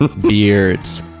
beards